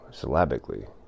syllabically